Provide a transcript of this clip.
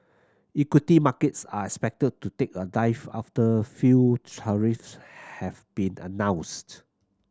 equity markets are expected to take a dive after few tariffs have been announced